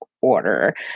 order